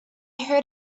heard